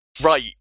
Right